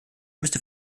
müsste